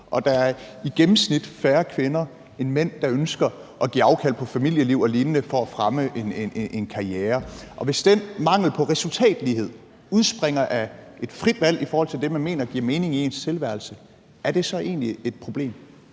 og at der i gennemsnit er færre kvinder end mænd, der ønsker at give afkald på familieliv og lignende for at fremme en karriere. Hvis den mangel på resultatlighed udspringer af et frit valg i forhold til det, man mener giver mening i ens tilværelse, er det så egentlig et problem?